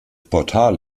portal